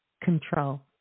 control